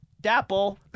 dapple